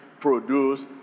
produce